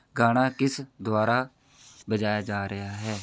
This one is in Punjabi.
ਗਾਣਾ ਕਿਸ ਦੁਆਰਾ ਵਜਾਇਆ ਜਾ ਰਿਹਾ ਹੈ